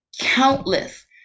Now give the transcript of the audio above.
countless